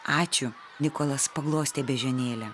ačiū nikolas paglostė beždžionėlę